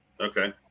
Okay